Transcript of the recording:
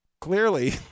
clearly